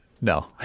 No